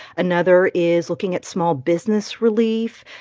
another is looking at small business relief,